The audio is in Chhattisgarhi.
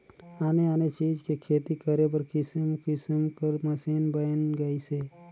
आने आने चीज के खेती करे बर किसम किसम कर मसीन बयन गइसे